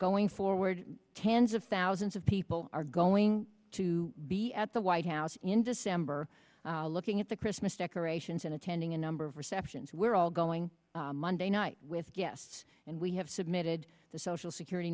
going forward cans of thousands of people are going to be at the white house in december looking at the christmas decorations and attending a number of receptions we're all going monday night with guests and we have submitted the social security